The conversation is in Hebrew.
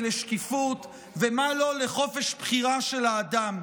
ולשקיפות ומה לו ולחופש בחירה של האדם?